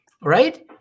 right